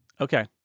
okay